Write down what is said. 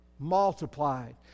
Multiplied